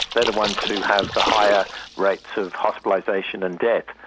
they are the ones who have the higher rates of hospitalisation and death.